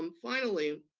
um finally,